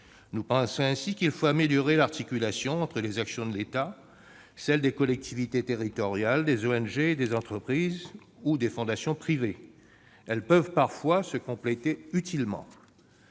nous pensons qu'il faut améliorer l'articulation entre les actions de l'État, des collectivités territoriales, des ONG et des entreprises ou fondations privées. Elles peuvent parfois se compléter utilement.